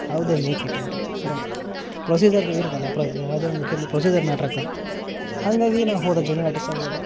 how they make it ಅಂತ ಆದರೆ procedure ಇರುತ್ತಲ್ಲ ಪ್ರ ಯಾವ್ದೇ ಒಂದು ಇದರಲ್ಲಿ ಪ್ರೊಸೀಜರ್ ಮ್ಯಾಟ್ರ್ ಆಗ್ತದೆ ಹಾಗಾಗಿ ನಾನು ಹೋದೆ ಜೂನ್ಯರ್ ಆರ್ಟಿಸ್ಟಾಗಿ ಹೋದೆ